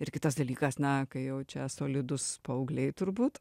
ir kitas dalykas na kai jau čia solidūs paaugliai turbūt